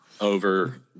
over